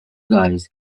guys